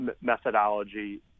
methodology